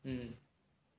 mm